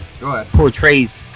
portrays